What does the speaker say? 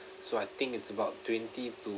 so I think it's about twenty to